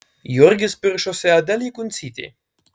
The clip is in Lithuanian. jurgis piršosi adelei kuncytei